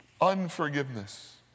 Unforgiveness